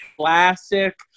classic